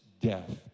death